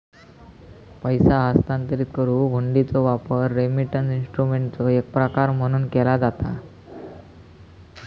पैसो हस्तांतरित करुक हुंडीचो वापर रेमिटन्स इन्स्ट्रुमेंटचो एक प्रकार म्हणून केला जाता